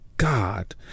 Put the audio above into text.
God